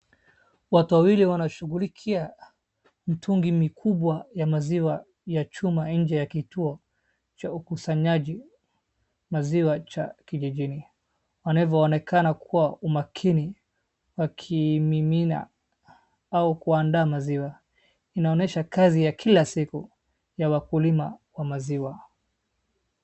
Watu wawili wanashughulikia mitungi mikubwa ya maziwa ya chuma nje ya kituo cha ukusanyaji maziwa cha kijijini. Wanavyoonekana kuwa umakini wakimimina au kuandaa maziwa. Inaonyesha kazi ya kila ziku ya wakulima wa maziwa